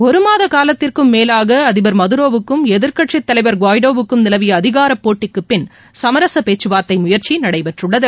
ஒருமாத காலத்திற்கும் மேலாக அதிபர் மதுரோவுக்கும் எதிர்க்கட்சி தலைவர் காய்டோவுக்கும் நிலவிய அதிகார போட்டிக்கு பின் சமரச பேச்சுவார்த்தை முயற்சி நடைபெற்றுள்ளது